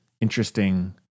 interesting